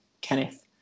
Kenneth